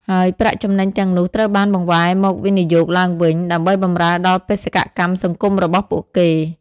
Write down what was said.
ហើយប្រាក់ចំណេញទាំងនោះត្រូវបានបង្វែរមកវិនិយោគឡើងវិញ ដើម្បីបម្រើដល់បេសកកម្មសង្គមរបស់ពួកគេ ។